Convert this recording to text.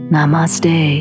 Namaste